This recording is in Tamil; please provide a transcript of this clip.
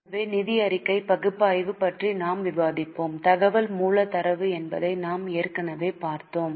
எனவே நிதி அறிக்கை பகுப்பாய்வு பற்றி நாம் விவாதிப்போம் தகவல் மூல தரவு என்பதை நாம் ஏற்கனவே பார்த்தோம்